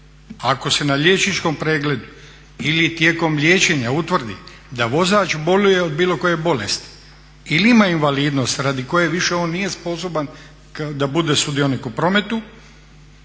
ako se na liječničkom pregledu ili tijekom liječenja utvrdi da vozač boluje od bilo koje bolesti ili ima invalidnost radi koje više on nije sposoban da bude sudionik u prometu.